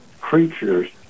creatures